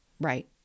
Right